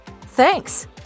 Thanks